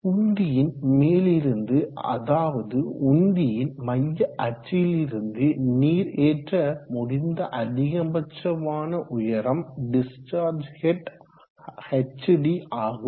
உந்தியின் மேலிருந்து அதாவது உந்தியின் மைய அச்சில் இருந்து நீர் ஏற்ற முடிந்த அதிகபட்சமான உயரம் டிஸ்சார்ஜ் ஹெட் hd ஆகும்